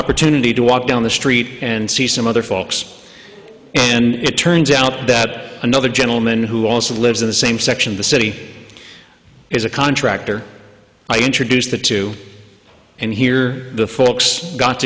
opportunity to walk down the street and see some other folks and it turns out that another gentleman who also lives in the same section of the city is a contractor i introduced the two and here the forks got